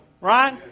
right